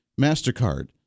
MasterCard